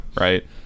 right